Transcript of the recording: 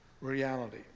reality